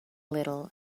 little